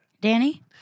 Danny